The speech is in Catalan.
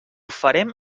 farem